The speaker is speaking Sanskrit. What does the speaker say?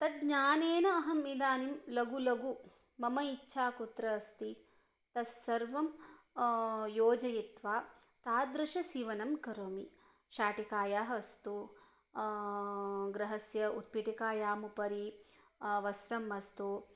तज्ज्ञानेन अहम् इदानीं लघु लघु मम इच्छा कुत्र अस्ति तस्सर्वं योजयित्वा तादृश सीवनं करोमि शाटिकायाः अस्तु गृहस्य उत्पीटिकायाम् उपरि वस्रम् अस्तु